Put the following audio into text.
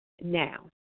Now